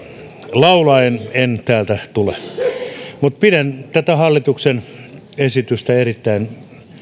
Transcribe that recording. laulaen en täältä tule pidän tätä hallituksen esitystä erittäin